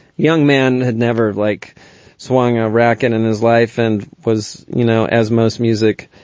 young man had never like swung a racquet in his life and was, you know, as most music